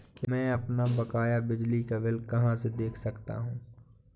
मैं अपना बकाया बिजली का बिल कहाँ से देख सकता हूँ?